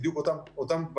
בדיוק אותם דברים,